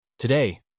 Today